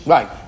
Right